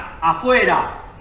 afuera